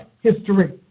history